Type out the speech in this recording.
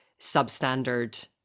substandard